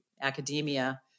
academia